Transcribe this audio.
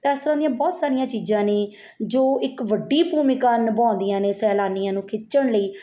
ਤਾਂ ਇਸ ਤਰ੍ਹਾਂ ਦੀਆਂ ਬਹੁਤ ਸਾਰੀਆਂ ਚੀਜ਼ਾਂ ਨੇ ਜੋ ਇੱਕ ਵੱਡੀ ਭੂਮਿਕਾ ਨਿਭਾਉਂਦੀਆਂ ਨੇ ਸੈਲਾਨੀਆਂ ਨੂੰ ਖਿੱਚਣ ਲਈ